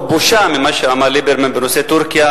בושה ממה שאמר ליברמן בנושא טורקיה,